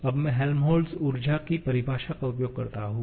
अब मैं हेल्महोल्ट्ज ऊर्जा की परिभाषा का उपयोग करता हूं